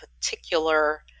particular